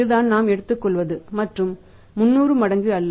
இதுதான் நாம் எடுத்துக்கொள்வது மற்றும் 300 மடங்கு அல்ல